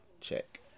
check